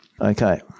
Okay